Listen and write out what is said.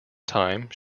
time